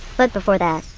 but before that,